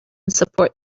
support